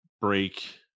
break